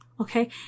Okay